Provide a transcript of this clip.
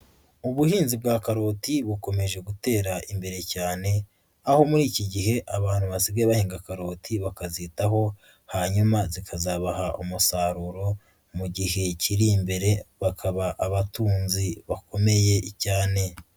Ubuhinzi bwa karoti bukomeje gutera imbere cyane, aho muri iki gihe abantu basigaye bahinga karoti bakazitaho hanyuma zikazabaha umusaruro mu gihe kiri imbere, bakaba abatunzi bakomeye cyane.